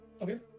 Okay